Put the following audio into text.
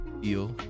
feel